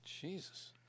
Jesus